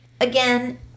again